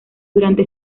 durante